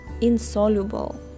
insoluble